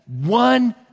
one